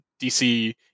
DC